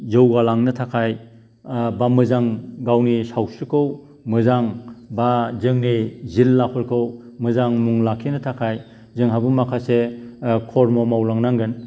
जौगालांनो थाखाय बा मोजां गावनि सावस्रिखौ मोजां बा जोंनि जिल्लाफोरखौ मोजां मुं लाखिनो थाखाय जोंहाबो माखासे कर्म' मावलांनागोन